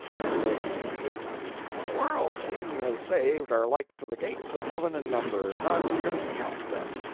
then he says, gently the worlds he has saved are like to the gates of heaven in number none can count them.